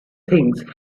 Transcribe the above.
things